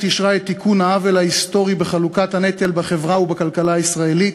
אישרה את תיקון העוול ההיסטורי בחלוקת הנטל בחברה ובכלכלה הישראלית,